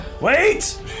Wait